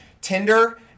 Tinder